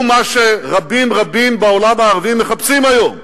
הוא מה שרבים רבים בעולם הערבי מחפשים היום.